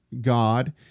God